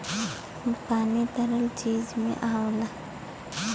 पानी तरल चीज में आवला